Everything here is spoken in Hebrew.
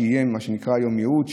מה שנקרא היום יהוד,